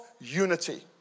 unity